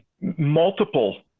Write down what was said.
multiple